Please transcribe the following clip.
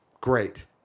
great